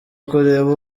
kureba